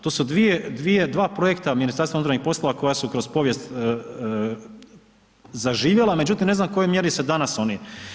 To su dva projekta MUP-a koja su kroz povijest zaživjela, međutim ne znam u kojoj mjeri se danas oni.